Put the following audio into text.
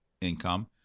income